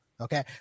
okay